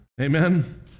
Amen